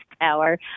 power